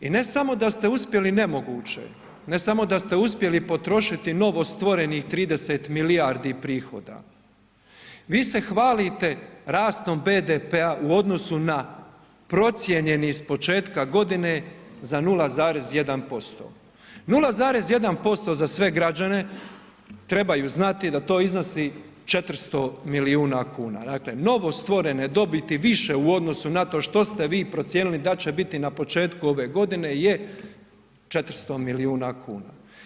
I ne samo da ste uspjeli nemoguće, ne samo da ste uspjeli potrošiti novostvorenih 30 milijardi prihoda, vi se hvalite rastom BDP-a u odnosu na procijenjeni iz početka godine za 0,1%, 0,1% za sve građane, trebaju znati da to iznosi 400 milijuna kuna, dakle novostvorene dobiti više u odnosu na to što ste vi procijenili da će biti na početku ove godine je 400 milijuna kuna.